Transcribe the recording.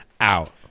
out